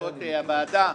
בישיבות הוועדה,